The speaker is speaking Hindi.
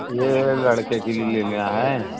यह लड़के के लिए लेना है